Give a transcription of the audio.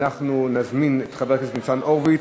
אנחנו נזמין את חבר הכנסת ניצן הורוביץ,